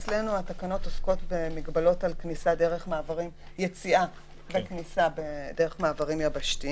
אצלנו התקנות עוסקות במגבלות על יציאה וכניסה דרך מעברים יבשתיים.